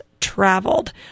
Traveled